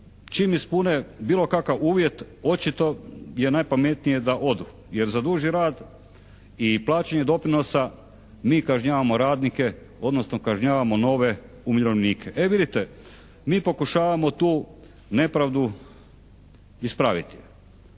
čim ispune bilo kakav uvjet očito je najpametnije da odu jer za duži rad i plaćanje doprinosa mi kažnjavamo radnike odnosno kažnjavamo nove umirovljenike. E vidite mi pokušavamo tu nepravdu ispraviti